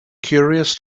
curious